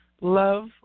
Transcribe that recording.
Love